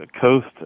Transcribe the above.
coast